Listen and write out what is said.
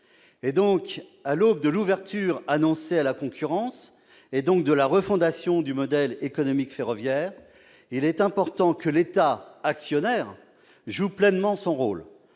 À l'aube de l'ouverture annoncée à la concurrence, donc de la refondation du modèle économique ferroviaire, il est important que l'État actionnaire joue pleinement son rôle.